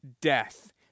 death